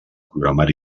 programari